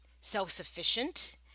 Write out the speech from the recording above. self-sufficient